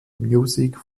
music